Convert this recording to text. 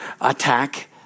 attack